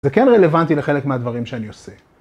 זה כן רלוונטי לחלק מהדברים שאני עושה.